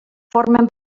formen